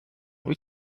wyt